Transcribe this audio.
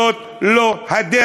זאת לא הדרך.